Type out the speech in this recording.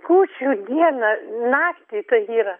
kūčių dieną naktį tai yra